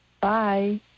Bye